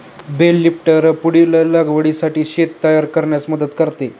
bell lifter पुढील लागवडीसाठी शेत तयार करण्यास मदत करते